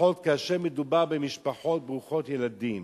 לפחות כאשר מדובר במשפחות ברוכות ילדים